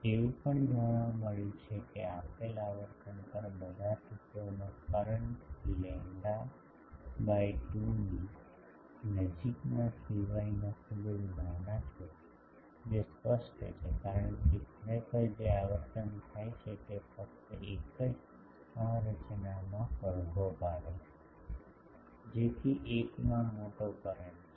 એવું પણ જાણવા મળ્યું છે કે આપેલ આવર્તન પર બધા તત્વોમાં કરંટ લેમ્બડા બાય 2 ની નજીકના સિવાયના ખૂબ જ નાના છે જે સ્પષ્ટ છે કારણ કે ખરેખર જે આવર્તન થાય છે તે ફક્ત એક જ સંરચનામાં પડઘો પાડે છે જેથી એકમાં મોટો કરંટ છે